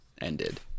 ended